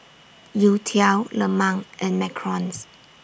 Youtiao Lemang and Macarons